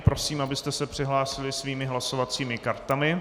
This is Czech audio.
Prosím, abyste se přihlásili svými hlasovacími kartami.